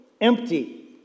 empty